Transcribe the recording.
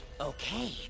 Okay